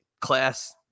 class